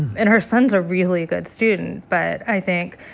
and our son's a really good student. but i think,